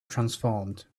transformed